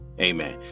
Amen